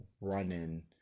running